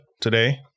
today